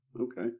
okay